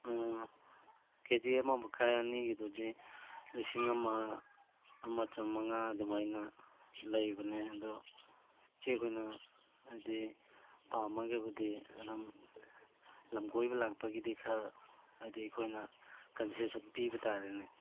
ꯑꯣ ꯀꯦ ꯖꯤ ꯑꯃ ꯃꯈꯥꯏ ꯑꯅꯤꯒꯤꯗꯨꯗꯤ ꯂꯤꯁꯤꯡ ꯑꯃ ꯑꯃ ꯆꯃꯉꯥ ꯑꯗꯨꯃꯥꯏꯅ ꯂꯩꯕꯅꯦ ꯑꯗꯣ ꯏꯆꯦꯈꯣꯏꯅ ꯍꯥꯏꯗꯤ ꯄꯥꯝꯃꯒꯕꯨꯗꯤ ꯑꯗꯨꯝ ꯂꯝꯀꯣꯏꯕ ꯂꯥꯛꯄꯒꯤꯗꯤ ꯈꯔ ꯍꯥꯏꯗꯤ ꯑꯩꯈꯣꯏꯅ ꯀꯟꯁꯦꯁꯟ ꯄꯤꯕ ꯇꯥꯔꯦꯅꯦ